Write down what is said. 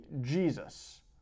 Jesus